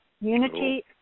Unity